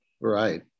Right